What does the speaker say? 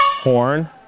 horn